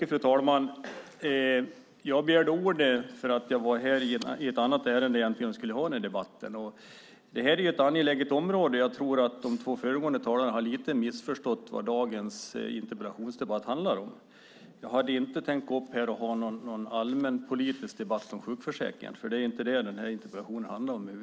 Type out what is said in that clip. Fru talman! Jag begärde ordet eftersom jag var här för debatt i ett annat ärende. Det här är ett angeläget område. Jag tror att de två föregående talarna lite har missförstått vad dagens interpellationsdebatt handlar om. Jag hade inte tänkt gå upp här och ha någon allmänpolitisk debatt om sjukförsäkringen, för det är inte det den här interpellationen handlar om.